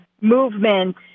movement